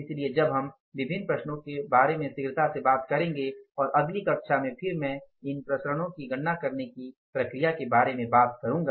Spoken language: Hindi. इसलिए अब हम विभिन्न विचरणों के बारे में शीघ्रता से बात करेंगे और अगली कक्षा में फिर मैं इन विचरणों की गणना करने की प्रक्रिया के बारे में बात करूँगा